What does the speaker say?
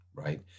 right